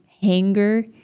hanger